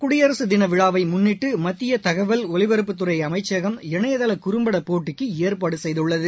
குடியரசு தின விழாவை முன்னிட்டு மத்திய தகவல் ஒலிபரப்புத்துறை அமைச்சகம் இணையதள குறம்பட போட்டிக்கு ஏற்பாடு செய்துள்ளது